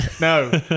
No